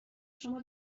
شما